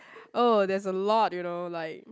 oh that's a lot you know like